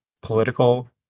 political